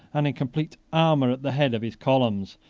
and in complete armor, at the head of his columns,